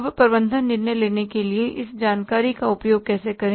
अब प्रबंधन निर्णय लेने के लिए इस जानकारी का उपयोग कैसे करें